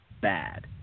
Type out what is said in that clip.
bad